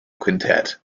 quintet